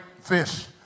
fish